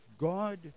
God